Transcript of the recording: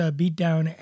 beatdown